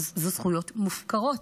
זה זכויות מופקרות.